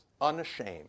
unashamed